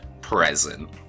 present